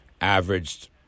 averaged